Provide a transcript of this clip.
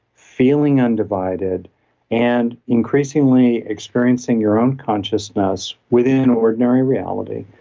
feeling undivided and increasingly experiencing your own consciousness within ordinary reality,